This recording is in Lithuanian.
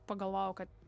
pagalvojau kad